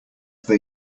they